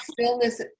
stillness